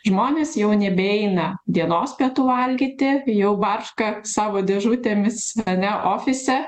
žmonės jau nebeina dienos pietų valgyti jau barška savo dėžutėmis ane ofise